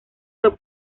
que